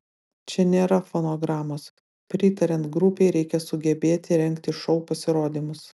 čia nėra fonogramos pritariant grupei reikia sugebėti rengti šou pasirodymus